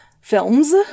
films